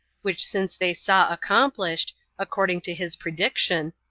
which since they saw accomplished, according to his prediction,